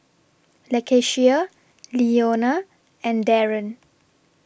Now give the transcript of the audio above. Lakeshia Leona and Daron